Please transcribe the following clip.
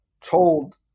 told